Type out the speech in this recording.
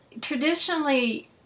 traditionally